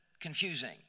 confusing